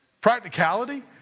Practicality